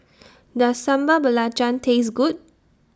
Does Sambal Belacan Taste Good